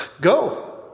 go